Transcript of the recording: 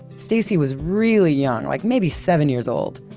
stacy was really young, like maybe seven years old.